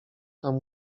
tam